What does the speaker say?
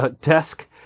desk